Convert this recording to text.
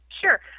Sure